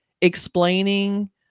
explaining